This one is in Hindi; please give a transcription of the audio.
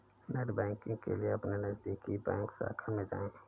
नेटबैंकिंग के लिए अपने नजदीकी बैंक शाखा में जाए